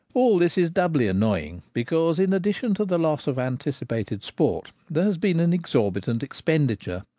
all this is doubly annoying, because, in addition to the loss of anticipated sport, there has been an exor bitant expenditure.